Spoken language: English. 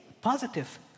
positive